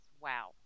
wow